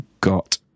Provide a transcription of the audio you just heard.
got